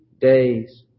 days